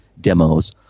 demos